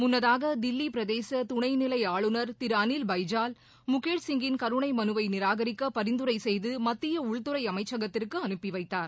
முன்னதாக தில்லி பிரதேச துணைநிலை ஆளுநர் திரு அளில் பைஜால் முகேஷ்சிங்கின் கருணை மனுவை நிராகரிக்க பரிந்துரை செய்து மத்திய உள்துறை அமைச்சகத்திற்கு அனுப்பி வைத்தார்